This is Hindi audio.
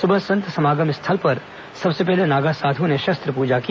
सुबह संत समागम स्थल पर सबसे पहले नागा साधुओं ने शस्त्र पूजा की